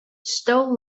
stow